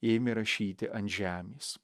ėmė rašyti ant žemės